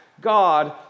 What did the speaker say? God